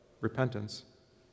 repentance